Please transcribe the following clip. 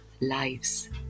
lives